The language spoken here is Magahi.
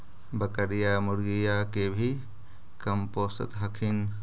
बकरीया, मुर्गीया के भी कमपोसत हखिन?